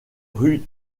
rues